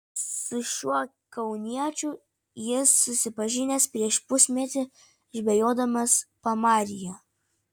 su šiuo kauniečiu jis susipažinęs prieš pusmetį žvejodamas pamaryje